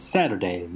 Saturday